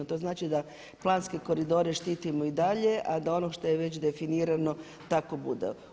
To znači da planske koridore štitimo i dalje a da ono što je već definirano tako bude.